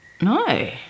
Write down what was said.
No